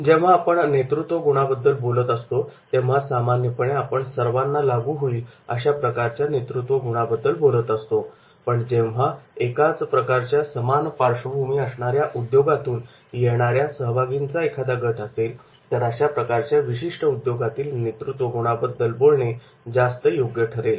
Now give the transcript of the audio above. जेव्हा आपण नेतृत्वगुणाबद्दल बोलत असतो तेव्हा सामान्यपणे आपण सर्वांना लागू होईल अशा प्रकारच्या नेतृत्वगुणाबद्दल बोलत असतो पण जेव्हा एकाचप्रकारच्या समान पार्श्वभूमी असणाऱ्या उद्योगातून येणाऱ्या सहभागींचा एखादा गट असेल तर अशा प्रकारच्या विशिष्ट उद्योगातील नेतृत्वगुणाबद्दल बोलणे जास्त योग्य ठरेल